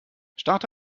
starte